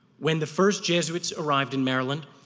when the first jesuits arrived in maryland,